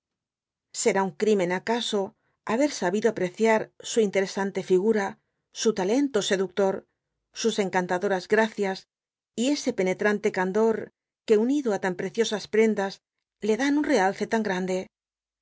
será un crimen acaso haber sabido apreciar su interesante figura su talento seductor sus encantadoras gracias y ese penetrante candor que unido á tan preciosas prendas le dan un realce tan grande